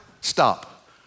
stop